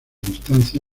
distancia